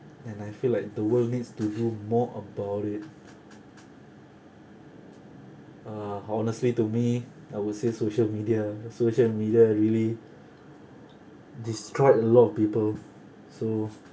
and I feel like the world needs to do more about it uh honestly to me I would say social media social media really destroyed a lot of people so